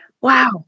wow